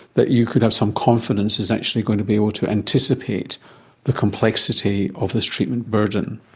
that you could have some confidence is actually going to be able to anticipate the complexity of this treatment burden?